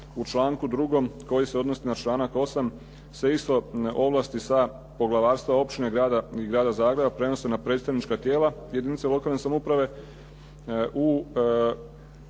U članku 2. koji se odnosi na članak 8. se isto ovlasti sa poglavarstva, općine i grada Zagreba prenose na predstavnička tijela jedinice lokalne samouprave.